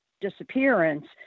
disappearance